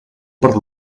per